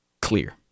clear